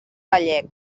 gallec